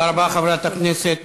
תודה רבה, חברת הכנסת